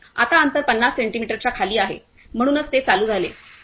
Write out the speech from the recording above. आता अंतर 50 सेंटीमीटरच्या खाली आहे म्हणूनच ते चालू झाले